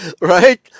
right